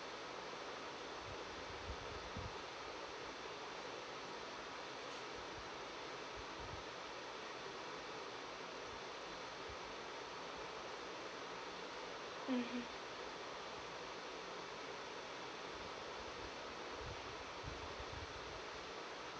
mmhmm